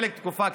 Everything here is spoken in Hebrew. חלק תקופה קצרה,